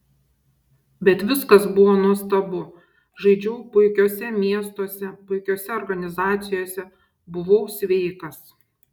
bet viskas buvo nuostabu žaidžiau puikiuose miestuose puikiose organizacijose buvau sveikas